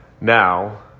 Now